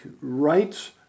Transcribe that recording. rights